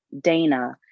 Dana